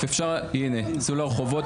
הינה: "צאו לרחובות,